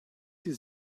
his